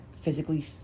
physically